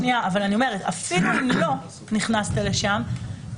אני אומרת שאפילו אם לא נכנסת לשם,